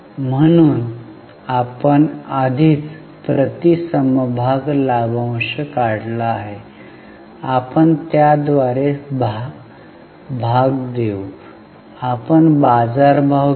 म्हणून आपण आधीच प्रति समभाग लाभांश काढला आहे आपण त्याद्वारे भाग घेऊ आपण बाजारभाव घेऊ